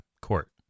court